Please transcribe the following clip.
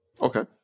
Okay